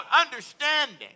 understanding